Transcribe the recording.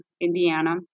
Indiana